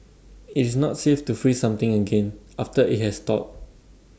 IT is not safe to freeze something again after IT has thawed